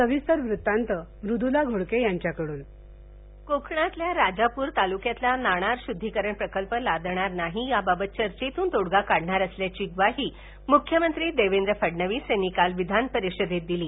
सविस्तर वृतांत आमच्या प्रतिनिधीकडून कोकणातल्या राजापूर तालुक्यातल्या नाणार शुद्धीकरण प्रकल्प लादणार नाही याबाबत चर्चेतून तोडगा काढणार असल्याची ग्वाही मुख्यमंत्री देवेंद्र फडणवीस यांनी काल विधानपरिषदेत दिली